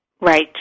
Right